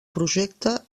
projecte